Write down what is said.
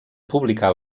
publicar